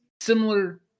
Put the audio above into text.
similar